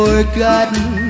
Forgotten